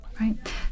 Right